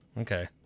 Okay